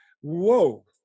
Whoa